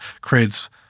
creates